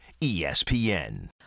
ESPN